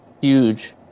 huge